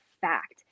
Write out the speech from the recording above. fact